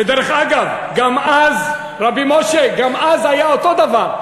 ודרך אגב, רבי משה, גם אז היה אותו דבר.